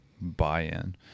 buy-in